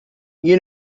you